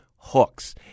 Hooks